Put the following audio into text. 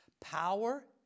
Power